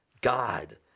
God